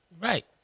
Right